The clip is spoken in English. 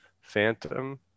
Phantom